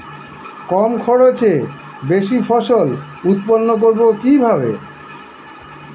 কম খরচে বেশি ফসল উৎপন্ন করব কিভাবে?